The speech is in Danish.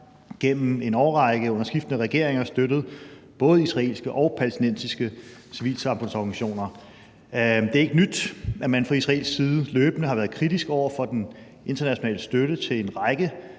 gennem en årrække under skiftende regeringer støttet både israelske og palæstinensiske civilsamfundsorganisationer. Det er ikke nyt, at man fra israelsk side løbende har været kritisk over for den internationale støtte til en række